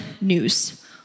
news